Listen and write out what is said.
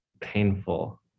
painful